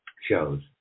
shows